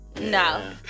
no